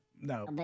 No